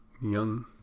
young